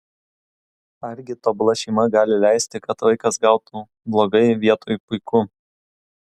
argi tobula šeima gali leisti kad vaikas gautų blogai vietoj puiku